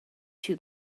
two